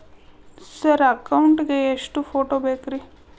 Sir account ಗೇ ಎಷ್ಟು photo ಬೇಕ್ರಿ?